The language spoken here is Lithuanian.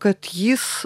kad jis